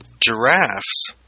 giraffes